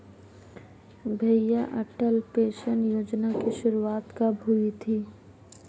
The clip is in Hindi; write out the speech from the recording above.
भैया अटल पेंशन योजना की शुरुआत कब हुई थी?